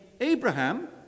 Abraham